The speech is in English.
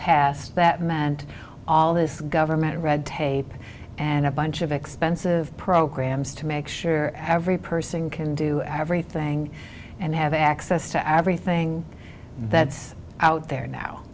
passed that meant all this government red tape and a bunch of expensive programs to make sure every person can do everything and have access to everything that's out there now